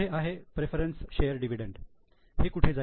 पुढे आहे preference share dividend हे कुठे जाईल